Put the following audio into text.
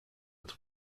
its